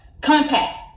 contact